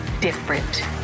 different